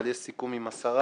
אבל יש סיכום עם השרה